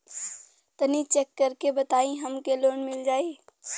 तनि चेक कर के बताई हम के लोन मिल जाई?